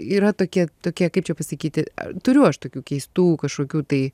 yra tokie tokie kaip čia pasakyti a turiu aš tokių keistų kažkokių tai